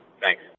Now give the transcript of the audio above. Thanks